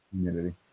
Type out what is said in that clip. humidity